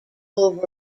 over